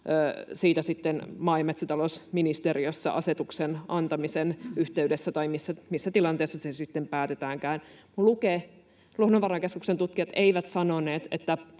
siitä sitten maa- ja metsätalousministeriössä asetuksen antamisen yhteydessä päätetään — tai missä tilanteessa se sitten päätetäänkään. Luonnonvarakeskuksen tutkijat eivät sanoneet,